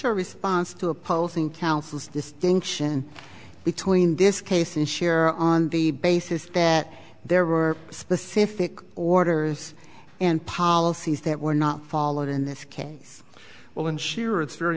your response to opposing counsels distinction between this case and share on the basis that there were specific orders and policies that were not followed in this case well and sure it's very